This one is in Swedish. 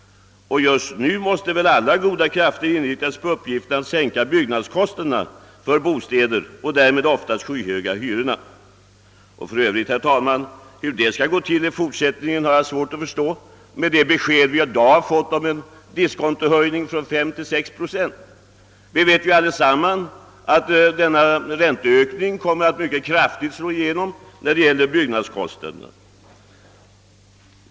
Just nu måste väl alla goda krafter inrikta sig på att sänka byggnadskostnaderna för bostäder och därmed de oftast skyhöga hyrorna. Hur detta skall gå till har jag för övrigt svårt att förstå mot bakgrund av det meddelande vi i dag fått om att diskontot skall höjas från 5 till 6 procent. Vi vet allesammans att denna räntehöjning kommer att slå igenom kraftigt i byggnadskostnaderna.